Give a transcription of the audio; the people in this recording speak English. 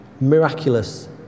miraculous